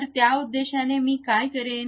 तर त्या उद्देशाने मी काय करेन